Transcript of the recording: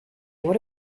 what